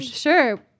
sure